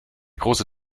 große